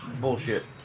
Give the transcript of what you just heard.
bullshit